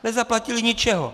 Nezaplatili ničeho!